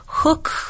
Hook